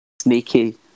Sneaky